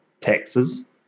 taxes